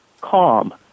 Calm